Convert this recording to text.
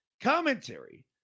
commentary